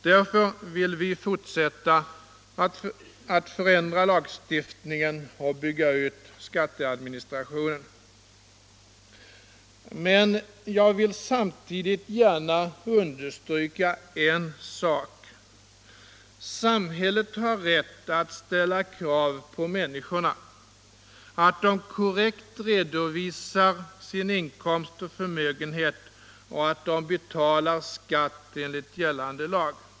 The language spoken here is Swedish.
Därför vill vi fortsätta att förändra lagstiftningen och bygga ut skatteadministrationen. Men jag vill samtidigt gärna understryka en sak. Samhället har rätt att ställa krav på människorna, t.ex. att de korrekt redovisar sin inkomst och förmögenhet och att de betalar skatt enligt gällande lag.